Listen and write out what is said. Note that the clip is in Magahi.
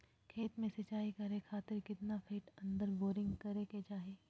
खेत में सिंचाई करे खातिर कितना फिट अंदर बोरिंग करे के चाही?